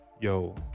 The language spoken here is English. Yo